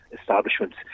establishments